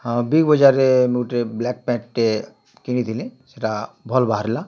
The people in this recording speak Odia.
ହଁ ବିଗ୍ ବଜାର୍ରେ ମୁଇଁ ଗୁଟେ ବ୍ଲାକ୍ ପ୍ୟାଣ୍ଟ୍ଟେ କିଣିଥିଲି ସେଟା ଭଲ୍ ବାହାରିଲା